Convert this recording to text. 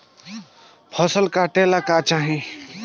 फसल काटेला का चाही?